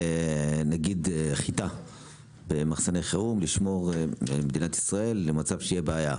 נגיד חיטה במחסני חירום לשמור במדינת ישראל למצב שיהיה בעיה,